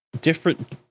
different